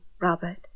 Robert